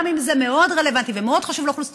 גם אם זה מאוד רלוונטי ומאוד חשוב לאוכלוסיות